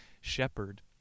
shepherd